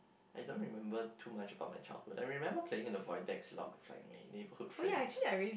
I don't remember too much about my childhood I remember playing in the void decks along with like my neighbourhood friends